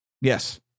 Yes